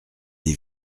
des